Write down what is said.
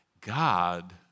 God